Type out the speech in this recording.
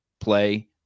play